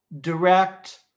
direct